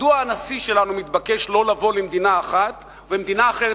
מדוע הנשיא שלנו מתבקש לא לבוא למדינה אחת ומדינה אחרת